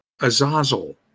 azazel